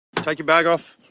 take your bag off.